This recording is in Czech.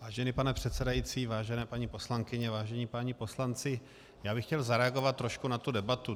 Vážený pane předsedající, vážené paní poslankyně, vážení páni poslanci, chtěl bych zareagovat trošku na tu debatu.